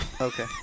Okay